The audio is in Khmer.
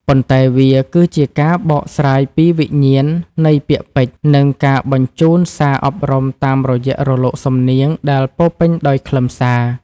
ប៉ុន្តែវាគឺជាការបកស្រាយពីវិញ្ញាណនៃពាក្យពេចន៍ និងការបញ្ជូនសារអប់រំតាមរយៈរលកសំនៀងដែលពោពេញដោយខ្លឹមសារ។